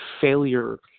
failure